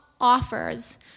offers